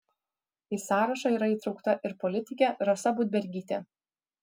į sąrašą yra įtraukta ir politikė rasa budbergytė